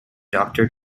doctor